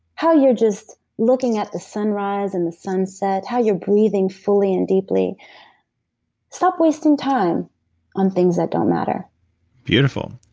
how you're just looking at the sunrise and the sunset, how you're breathing fully and deeply stop wasting time on things that don't matter beautiful.